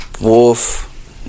Wolf